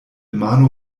mano